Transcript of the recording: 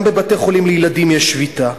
גם בבתי-חולים לילדים יש שביתה.